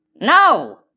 No